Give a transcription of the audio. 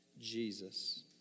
Jesus